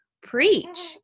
preach